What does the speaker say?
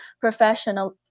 professional